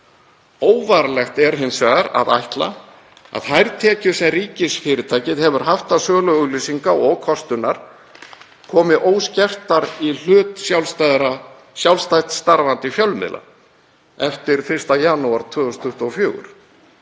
Óvarlegt er hins vegar að ætla að þær tekjur sem ríkisfyrirtækið hefur haft af sölu auglýsinga og kostunar komi óskertar í hlut sjálfstætt starfandi fjölmiðla eftir 1. janúar 2024.